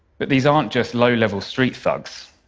but these aren't just low-level street thugs.